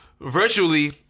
virtually